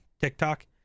TikTok